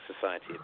society